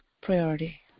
priority